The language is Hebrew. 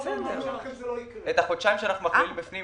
את החודשיים שאנחנו מכלילים בפנים,